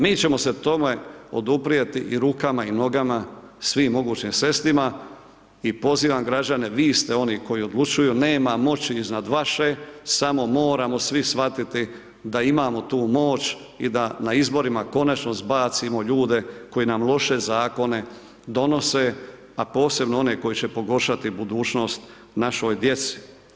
Mi ćemo se tome oduprijeti i rukama i nogama, svim mogućim sredstvima i pozivam građane, vi ste oni koji odlučuju, nema moći iznad vaše, samo moramo svi shvatiti da imamo tu moć i da na izborima konačno zbacimo ljude koji nam loše zakone donese, a posebno one koji će pogoršati budućnost našoj djeci.